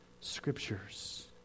scriptures